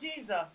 Jesus